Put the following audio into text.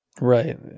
right